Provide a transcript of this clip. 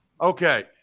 Okay